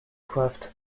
craft